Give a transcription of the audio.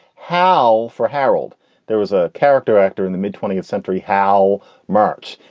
how? for harold there was a character actor in the mid twentieth century. how march?